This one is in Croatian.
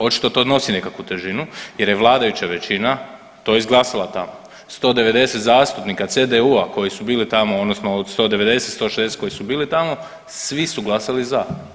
Očito to nosi nekakvu težinu jer je vladajuća većina to izglasala tamo 190 zastupnika CDU-a koji su bili tamo odnosno od 190, 160 koji su bili tamo svi su glasali za.